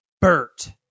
Bert